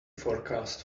forecast